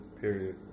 Period